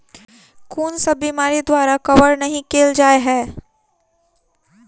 कुन सब बीमारि द्वारा कवर नहि केल जाय है?